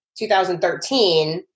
2013